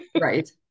Right